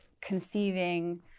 conceiving